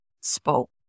spoke